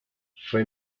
fue